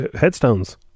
headstones